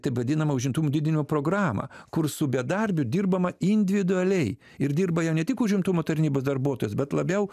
taip vadinamą užimtumo didinimo programą kur su bedarbiu dirbama individualiai ir dirba jau ne tik užimtumo tarnybos darbuotojas bet labiau